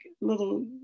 little